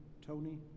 Tony